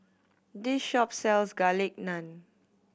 this shop sells Garlic Naan